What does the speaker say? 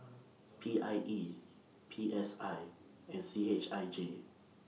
P I E P S I and C H I J